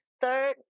third